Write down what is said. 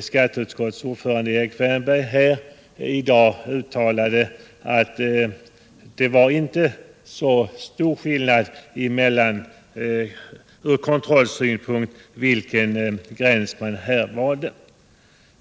skatteutskouets ordförande Erik Wärnberg i dag uttalat att det var inte så stor skillnad ur kontrollsvnpunkt vilken gräns man här valde.